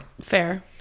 Fair